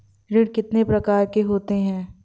ऋण कितनी प्रकार के होते हैं?